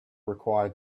required